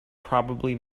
probably